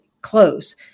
close